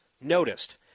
noticed